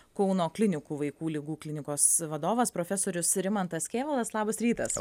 kauno klinikų vaikų ligų klinikos vadovas profesorius rimantas kėvalas labas rytas